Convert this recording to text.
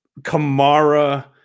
Kamara